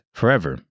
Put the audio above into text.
forever